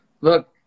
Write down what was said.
Look